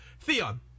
theon